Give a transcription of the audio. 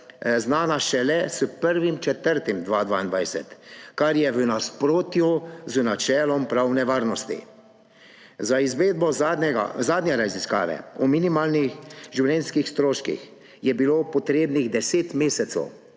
znana šele s 1. 4. 2022, kar je v nasprotju z načelom pravne varnosti. Za izvedbo zadnje raziskave o minimalnih življenjskih stroških je bilo potrebnih 10 mesecev,